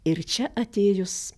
ir čia atėjus